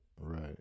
Right